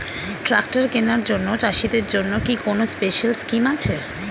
Tractor কেনার জন্য চাষিদের জন্য কি কোনো স্পেশাল স্কিম আছে?